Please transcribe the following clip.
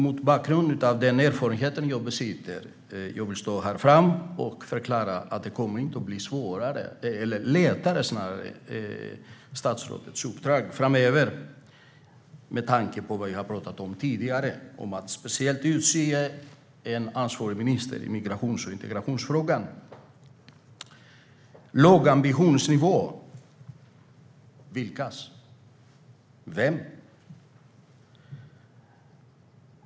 Mot bakgrund av den erfarenhet jag besitter kan jag stå här framme och förklara att statsrådets uppdrag framöver inte kommer att bli lättare. Jag har tidigare talat om att man bör utse en ansvarig minister i integrations och migrationsfrågan. Statsrådet talade om låg ambitionsnivå. Vilkas? Vem är det som har det?